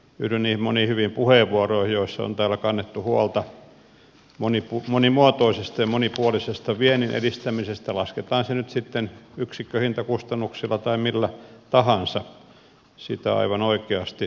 yhdyn niihin moniin hyviin puheenvuoroihin joissa on täällä kannettu huolta monimuotoisesta ja monipuolisesta viennin edistämisestä lasketaan se nyt sitten yksikköhintakustannuksilla tai millä tahansa sitä aivan oikeasti tarvitaan